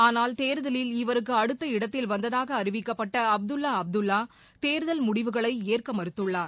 ஆனால் தேர்தலில் இவருக்குஅடுத்த இடத்தில் வந்ததாகஅறிவிக்கப்பட்டஅப்துல்லாஅப்துல்லாதேர்தல் முடிவுகளைஏற்கமறுத்துள்ளார்